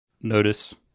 notice